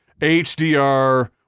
HDR